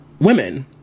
women